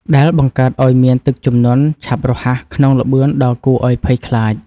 ដែលបង្កើតឱ្យមានទឹកជំនន់ឆាប់រហ័សក្នុងល្បឿនដ៏គួរឱ្យភ័យខ្លាច។